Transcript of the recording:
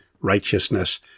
righteousness